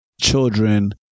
children